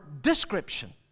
description